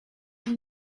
elle